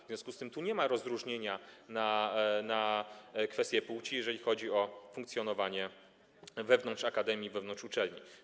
W związku z tym tu nie ma rozróżnienia w kwestii płci, jeżeli chodzi o funkcjonowanie wewnątrz akademii, wewnątrz uczelni.